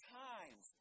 times